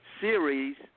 series